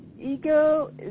ego